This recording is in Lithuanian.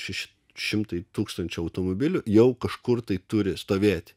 šeši šimtai tūkstančių automobilių jau kažkur tai turi stovėti